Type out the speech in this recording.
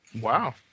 wow